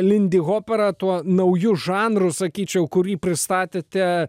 lindihopera tuo nauju žanru sakyčiau kurį pristatėte